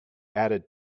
added